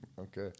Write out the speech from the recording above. Okay